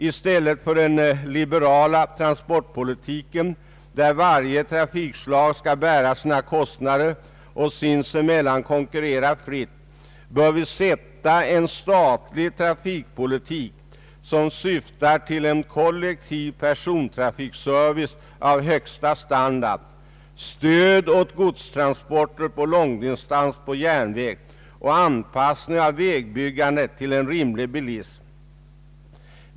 I stället för den liberala transportpolitiken, där varje trafikslag skall bära sina kostnader och sinsemellan konkurrera fritt, bör vi sätta en statlig trafikpolitik, som syftar till en kollektiv persontrafikservice av högsta standard, stöd åt godstransporter på långdistans på järnväg och en anpassning av vägbyggandet till en rimlig bilism.